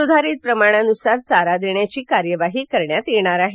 सुधारित प्रमाणानुसार चारा देण्याची कार्यवाही करण्यात येणार आहे